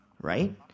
right